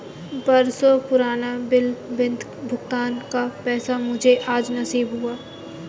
बरसों पुराना विलंबित भुगतान का पैसा मुझे आज नसीब हुआ है